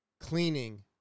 cleaning